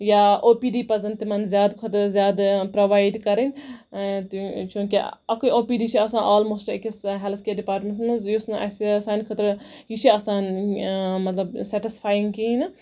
یا O P D پَزَن تِمن زیادٕ کھۄتہٕ زیادٕ پرووایڈ کَرٕنۍ چوٗنکہِ اَکُے او پی ڈی چھُ آسان آلموسٹ أکِس ہٮ۪لٕتھ ڈِپاٹمینٹَس منٛز یُس اَسہِ یا سانہِ خٲطرٕ یہِ چھُ آسان مطلب سیٹِسفایِنگ کِہیٖنۍ نہ